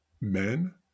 Men